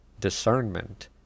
discernment